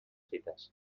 fites